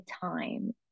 time